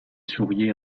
souriait